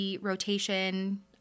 rotation –